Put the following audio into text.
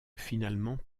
finalement